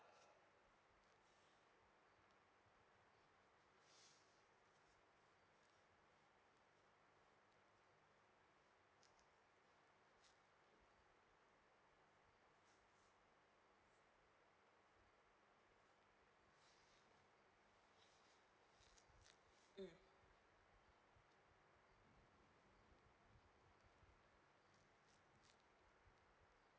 mm